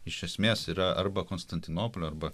iš esmės yra arba konstantinopolio arba